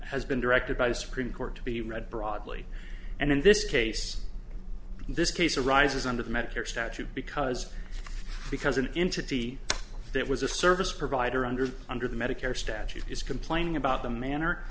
has been directed by the supreme court to be read broadly and in this case this case arises under the medicare statute because because an entity that was a service provider under under the medicare statute is complaining about the manner